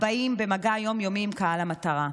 הבאים במגע היום-יומי עם קהל המטרה.